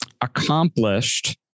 accomplished